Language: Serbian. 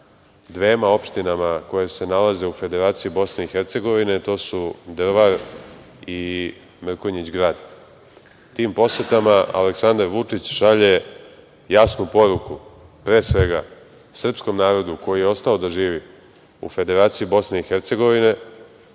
dvema opštinama koje se nalaze u Federaciji BiH, a to su Drvar i Mrkonjić Grad. Tim posetama Aleksandar Vučić šalje jasnu poruku, pre svega, srpskom narodu koji je ostao da živi u Federaciji BiH da u Srbiji